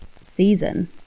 season